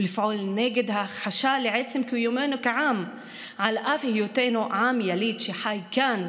ולפעול נגד ההכחשה של עצם קיומנו כעם על אף היותנו עם יליד שחי כאן,